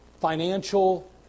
financial